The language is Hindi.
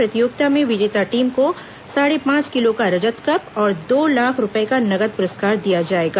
प्रतियोगिता में विजेता टीम को साढ़े पांच किलो का रजत कप और दो लाख रूपये का नगद पुरस्कार दिया जाएगा